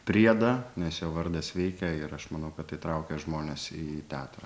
priedą nes jo vardas veikia ir aš manau kad tai traukia žmones į teatrą